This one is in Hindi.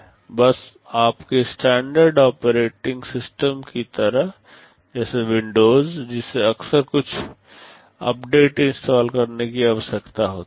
बस आपके स्टैंडर्ड ऑपरेटिंग सिस्टम की तरह जैसे विंडोज़ जिसे अक्सर कुछ अपडेट इंस्टॉल करने की आवश्यकता होती है